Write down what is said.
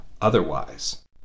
otherwise